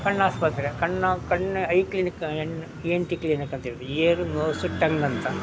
ಕಣ್ಣು ಆಸ್ಪತ್ರೆ ಕಣ್ಣು ಕಣ್ಣು ಐ ಕ್ಲಿನಿಕ್ ಎನ್ ಇ ಎನ್ ಟಿ ಕ್ಲಿನಿಕ್ ಅಂಥೇಳಿ ಇಯರ್ ನೋಸು ಟಂಗ್ ಅಂತ